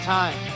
time